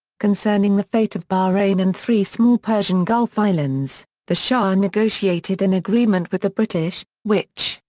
concerning the fate of bahrain and three small persian gulf islands, the shah and negotiated an agreement with the british, which,